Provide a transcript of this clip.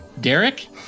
Derek